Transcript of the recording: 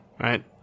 right